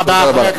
תודה רבה.